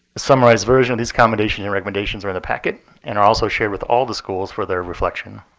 summarized version of these accommodations and recommendations are in the packet and are also shared with all the schools for their reflection.